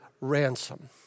ransom